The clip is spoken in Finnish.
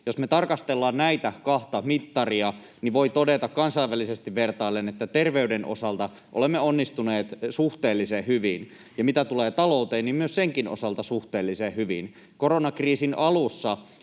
Jos me tarkastellaan näitä kahta mittaria, niin voi todeta kansainvälisesti vertaillen, että terveyden osalta olemme onnistuneet suhteellisen hyvin, ja mitä tulee talouteen, senkin osalta suhteellisen hyvin. Koronakriisin alussa